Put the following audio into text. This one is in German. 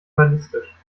ballistisch